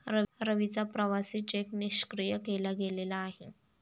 रवीचा प्रवासी चेक निष्क्रिय केला गेलेला आहे